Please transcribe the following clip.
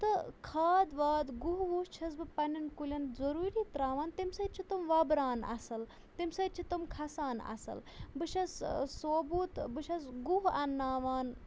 تہٕ کھاد واد گُہہ وُہ چھَس بہٕ پَنٛنٮ۪ن کُلٮ۪ن ضروٗری تراوان تمہِ سۭتۍ چھِ تٕم وۄبران اَصٕل تمہِ سۭتۍ چھِ تِم کھَسان اَصٕل بہٕ چھَس صوبوٗت بہٕ چھَس گُہہ اَنناوان